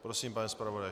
Prosím, pane zpravodaji.